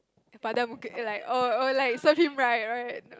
padam muka like oh oh like serve him right right